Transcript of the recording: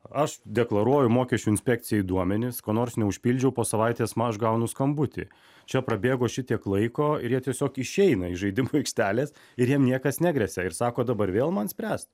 aš deklaruoju mokesčių inspekcijai duomenis ko nors neužpildžiau po savaitės na aš gaunu skambutį čia prabėgo šitiek laiko ir jie tiesiog išeina iš žaidimų aikštelės ir jiem niekas negresia ir sako dabar vėl man spręsti